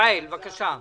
גאל, בבקשה.